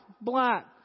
black